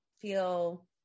feel